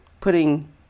putting